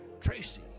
Tracy